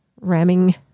ramming